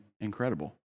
incredible